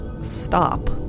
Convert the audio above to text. stop